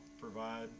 provide